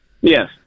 Yes